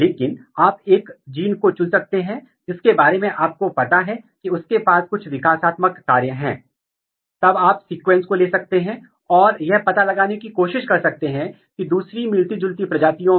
तो आप extragenic mutation की पहचान कर सकते हैं आप उनकी आनुवंशिक इंटरेक्शन को स्थापित कर सकते हैं आप उनकी फिजिकल इंटरेक्शन स्थापित कर सकते हैं आप उनकी रेगुलेटरी इंटरेक्शन स्थापित कर सकते हैं और यह समझने की कोशिश कर सकते हैं की काम करने का तरीका क्या है